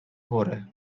پره